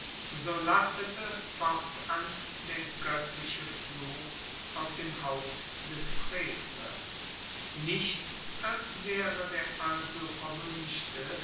so lastete fortan der goettliche fluch auf dem haupt des frevlers nicht als waere der also